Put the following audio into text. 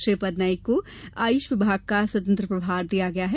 श्रीपद नाईक को आयुष विभाग का स्वतंत्र प्रभार दिया गया है